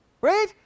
Right